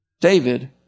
David